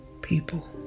people